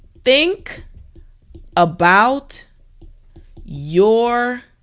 think about your